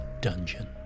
dungeon